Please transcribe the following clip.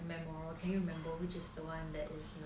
memorable can you remember which is the one that was like